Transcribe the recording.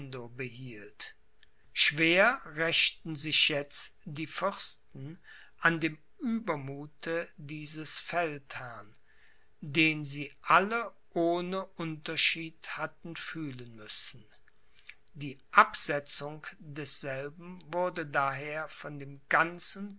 behielt schwer rächten sich jetzt die fürsten an dem uebermuthe diesem feldherrn den sie alle ohne unterschied hatten fühlen müssen die absetzung desselben wurde daher von dem ganzen